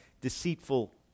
deceitful